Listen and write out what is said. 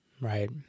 right